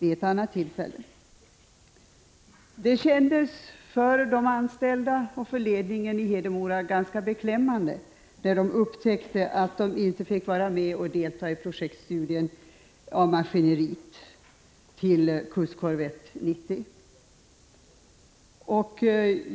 Det kändes ganska beklämmande för de anställda och för ledningen i Hedemora när de upptäckte att de inte fick vara med och delta i projektstudien av maskineriet till kustkorvett 90.